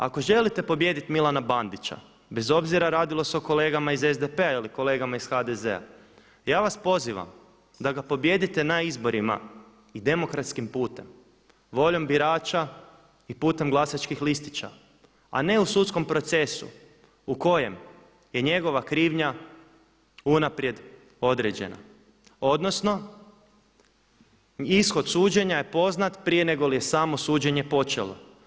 Ako želite pobijediti Milana Bandića bez obzira radilo se o kolegama iz SDP-a ili kolegama iz HDZ-a, ja vas pozivam da ga pobijedite na izborima i demokratskim putem, voljom birača i putem glasačkih listića, a ne u sudskom procesu u kojem je njegova krivnja unaprijed određena odnosno ishod suđenja je poznat prije negoli je samo suđenje počelo.